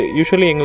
usually